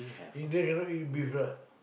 Indian cannot eat beef right